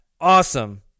awesome